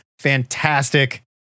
fantastic